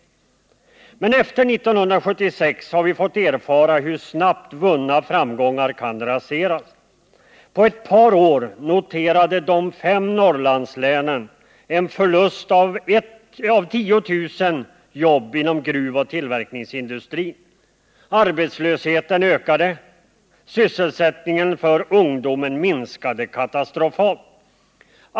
Men efter 1976 har vi fått erfara hur snabbt vunna framgångar kan raseras. På ett par år noterade de fem Norrlandslänen en förlust av 10 000 arbeten inom gruvoch tillverkningsindustrin. Arbetslösheten ökade. Sysselsättningen för ungdomen minskade katastrofalt.